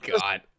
god